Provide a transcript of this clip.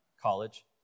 college